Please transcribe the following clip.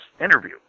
interview